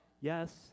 Yes